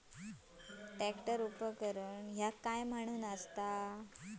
Tractor उपकरण काय असा?